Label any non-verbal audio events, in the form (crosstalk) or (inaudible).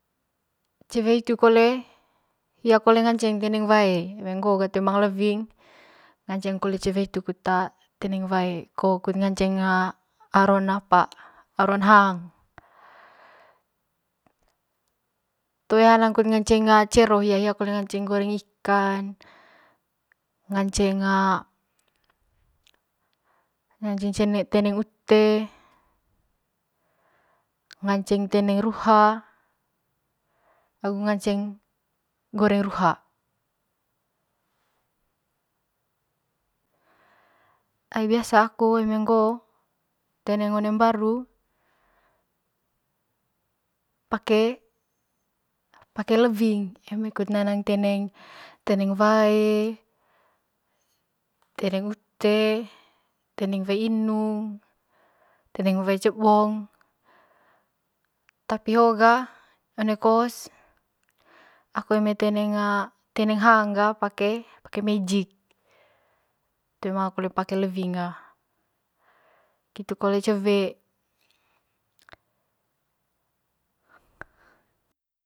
Cewe hiitu kole hia kole ngaceng teneng wae eme ngo ga toe ma lewing, ngaceng kole le cewe hitu teneng wae ko kut ngace aron'aron hang toe hanang kut ngace cero hia hia kole ngaceng goreng ikan ngaceng (hesitation) (unintelligible) teneng ute nganceng teneng ruha agu ngaceng goreng ruha ai biasa aku eme ngo'o teneng one mbaru pake lewing eme kut nanang teneng wae, teneng ute teneng wae inung teneng wae cebong tapi hoo ga one kos aku eme teneng hang ga pake pake mejik toe ma kole pake lewing ga ngitu kole ce'we.